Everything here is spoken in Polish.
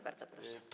Bardzo proszę.